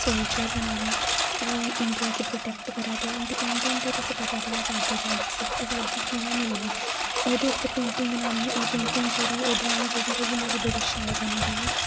soldier बनाने ओह् India दी प्रोटेक्ट करा दे इंडिपेंडेंस डे तुसें ई पता ते ऐ आज़ादी दा महोत्सव आज़ादी कि'यां मिली ही ओह्दे उप्पर पेंटिंग बनानी ही ओह् पेंटिंग जेह्ड़ी ही ड्राइंग जेह्ड़ी ओह् बी मेरी बडी शैल बनी दी ही